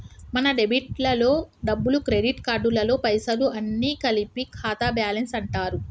మన డెబిట్ లలో డబ్బులు క్రెడిట్ కార్డులలో పైసలు అన్ని కలిపి ఖాతా బ్యాలెన్స్ అంటారు